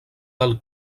del